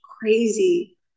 crazy